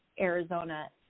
arizona